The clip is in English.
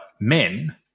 men